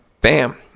bam